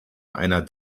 einer